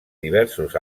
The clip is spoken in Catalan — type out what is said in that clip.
diversos